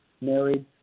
married